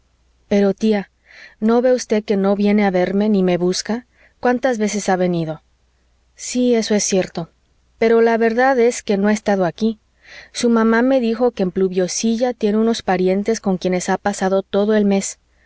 pero tía no ve usted que no viene a verme ni me busca cuántas veces ha venido sí eso es cierto pero la verdad es que no ha estado aquí su mamá me dijo que en pluviosilla tiene unos parientes con quienes ha pasado todo el mes